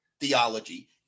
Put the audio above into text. theology